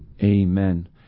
Amen